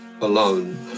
alone